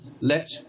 let